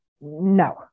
No